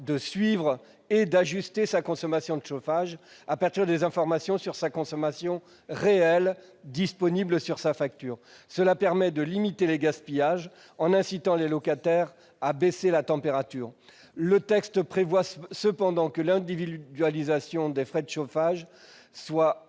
de suivre et d'ajuster sa consommation de chauffage à partir des informations sur sa consommation réelle disponibles sur sa facture. Ce système limite les gaspillages en incitant les locataires à baisser la température. Le projet de loi prévoit que l'individualisation des frais de chauffage sera